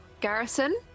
Garrison